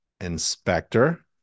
Inspector